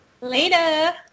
later